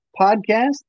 Podcast